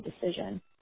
decision